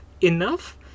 enough